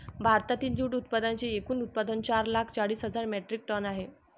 भारतातील जूट उत्पादनांचे एकूण उत्पादन चार लाख चाळीस हजार मेट्रिक टन आहे